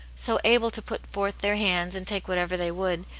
so able to put forth their hands and take what ever they would,